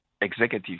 executive